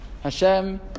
Hashem